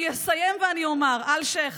אני אסיים ואומר: אלשיך,